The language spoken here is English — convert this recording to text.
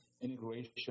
integration